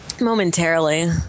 Momentarily